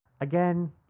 again